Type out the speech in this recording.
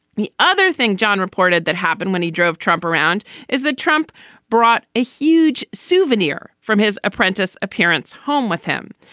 the other thing john reported that happened when he drove trump around is that trump brought a huge souvenir from his apprentice appearance home with him.